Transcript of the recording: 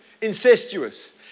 incestuous